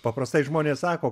paprastai žmonės sako